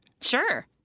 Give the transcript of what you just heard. Sure